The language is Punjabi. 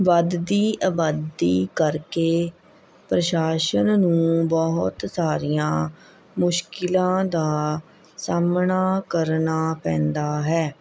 ਵੱਧਦੀ ਆਬਾਦੀ ਕਰਕੇ ਪ੍ਰਸ਼ਾਸਨ ਨੂੰ ਬਹੁਤ ਸਾਰੀਆਂ ਮੁਸ਼ਕਿਲਾਂ ਦਾ ਸਾਹਮਣਾ ਕਰਨਾ ਪੈਂਦਾ ਹੈ